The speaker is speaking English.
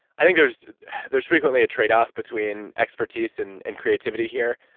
i think there's there's frequently a tradeoff between expertise and and creativity here,